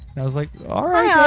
and i was like alright. i'll